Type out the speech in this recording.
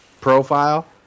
profile